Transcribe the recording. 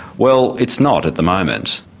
well it's not at the moment.